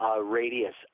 radius